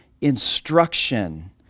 instruction